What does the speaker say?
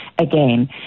again